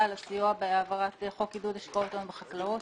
על הסיוע בהעברת חוק עידוד השקעות הון בחקלאות.